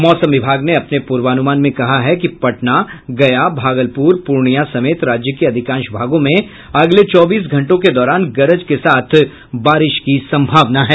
मौसम विभाग ने अपने पूर्वानुमान में कहा है कि पटना गया भागलपुर पूर्णियां समेत राज्य के अधिकांश भागों में अगले चौबीस घंटों के दौरान गरज के साथ बारिश की संभावना है